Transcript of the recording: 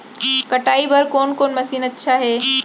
कटाई बर कोन कोन मशीन अच्छा हे?